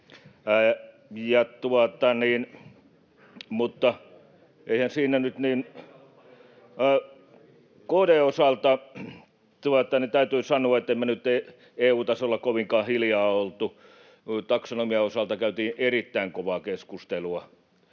KD:n osalta täytyy sanoa, että ei me nyt EU-tasolla kovinkaan hiljaa oltu. Taksonomian osalta käytiin erittäin kovaa keskustelua